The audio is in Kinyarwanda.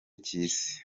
cy’isi